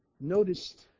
noticed